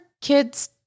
kids